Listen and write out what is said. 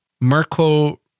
Marco